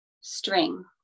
string